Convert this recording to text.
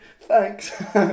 thanks